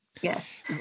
Yes